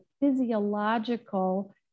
physiological